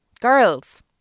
girls